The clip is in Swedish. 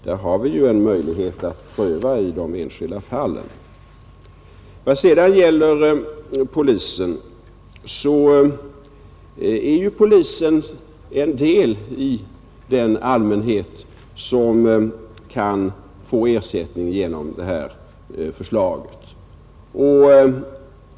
Där har vi en möjlighet att pröva i de enskilda fallen. Vad sedan gäller polisen så är den en del av den allmänhet som kan få ersättning genom detta förslag.